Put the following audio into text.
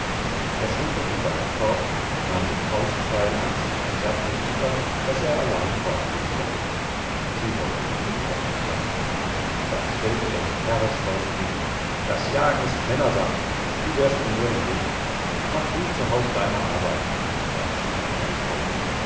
er schulterte seinen korb nahm den faustkeil an sich und sagte eva daß er allein fortgehen wolle sie wollte ihn nicht von sich lassen da stellte er sich herrisch vor sie hin das jagen ist männersach du wärst mir nur im weg mach du zu haus deine arbeit seine stimme klang rauh